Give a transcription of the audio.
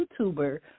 YouTuber